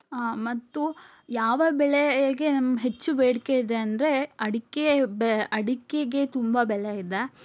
ಮತ್ತು ಯಾವ ಬೆಳೆಗೆ ನಮ್ಮ ಹೆಚ್ಚು ಬೇಡಿಕೆ ಇದೆ ಅಂದರೆ ಅಡಿಕೆ ಬೆ ಅಡಿಕೆಗೆ ತುಂಬ ಬೆಲೆ ಇದೆ